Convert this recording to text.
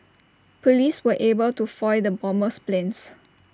Police were able to foil the bomber's plans